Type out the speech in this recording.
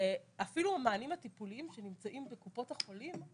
אפילו המענים הטיפוליים שנמצאים בקופות החולים,